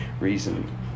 reason